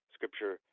Scripture